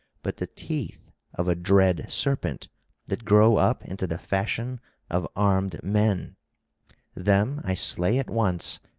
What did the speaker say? but the teeth of a dread serpent that grow up into the fashion of armed men them i slay at once,